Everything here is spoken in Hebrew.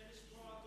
קשה לשמוע אותו